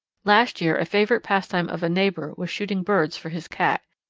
last year a favourite pastime of a neighbour was shooting birds for his cat,